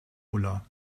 ulla